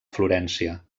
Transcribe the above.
florència